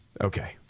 Okay